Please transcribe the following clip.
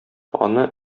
аны